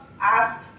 asked